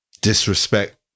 Disrespect